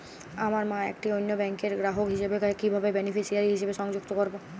আমার মা একটি অন্য ব্যাংকের গ্রাহক হিসেবে কীভাবে বেনিফিসিয়ারি হিসেবে সংযুক্ত করব?